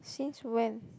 since when